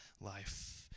life